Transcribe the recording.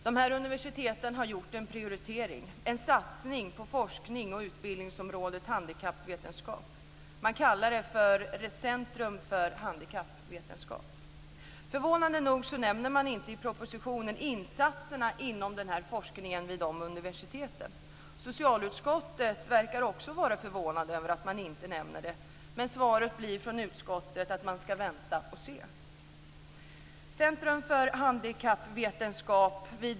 Dessa universitet har gjort en prioritering, en satsning på forsknings och utbildningsområdet handikappvetenskap. Man kallar det Centrum för handikappvetenskap. Förvånande nog nämner man i propositionen inte insatserna inom denna forskning vid dessa universitet. Socialutskottet verkar också vara förvånat över att man inte nämnder det. Men svaret från utskottet blir att man ska vänta och se.